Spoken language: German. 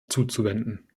zuzuwenden